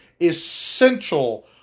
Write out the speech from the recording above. essential